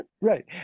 Right